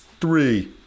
three